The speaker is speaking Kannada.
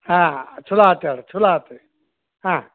ಹಾಂ ಚಲೋ ಆತು ಹೇಳಿರಿ ಚಲೋ ಆತು ಹಾಂ